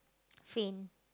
faint